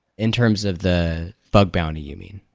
in terms of the bug bounty, you mean.